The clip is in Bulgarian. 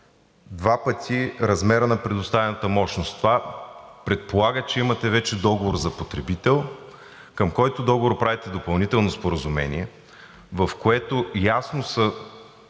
„два пъти размера на предоставяната мощност“, това предполага, че имате вече договор за потребител, към който договор правите допълнително споразумение, в което ясно са